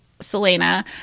Selena